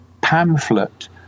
pamphlet